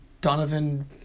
Donovan